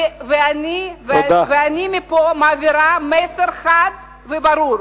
אני מעבירה מפה מסר חד וברור: